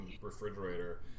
refrigerator